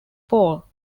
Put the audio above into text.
paul